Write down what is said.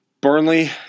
Burnley